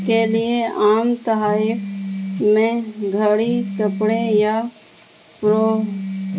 کے لیے عام تحائف میں گھڑی کپڑے یا پرو